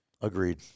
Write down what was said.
Agreed